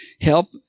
help